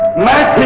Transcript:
lakh.